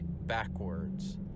backwards